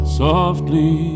softly